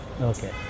Okay